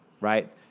right